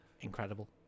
incredible